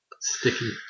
Sticky